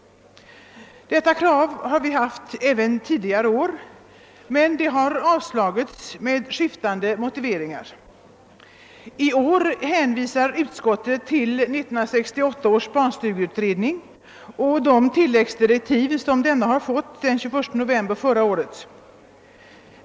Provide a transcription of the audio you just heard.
Detta krav har vi framställt även tidigare år, men det har avslagits med skiftande motiveringar. I år hänvisar utskottet till 1968 års barnstugeutredning och de tilläggsdirektiv som denna fått den 21 november förra året.